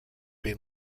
been